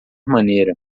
maneira